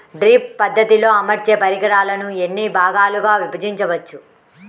Drip పద్ధతిలో అమర్చే పరికరాలను ఎన్ని భాగాలుగా విభజించవచ్చు?